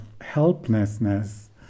helplessness